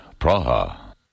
Praha